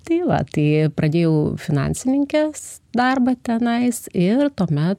tai va tai pradėjau finansininkės darbą tenais ir tuomet